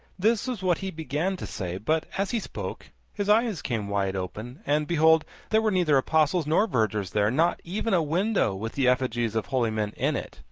this was what he began to say, but as he spoke his eyes came wide open, and behold, there were neither apostles nor vergers there not even a window with the effigies of holy men in it,